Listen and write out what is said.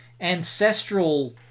ancestral